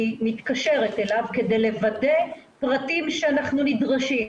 היא מתקשרת אליו כדי לוודא פרטים שאנחנו נדרשים,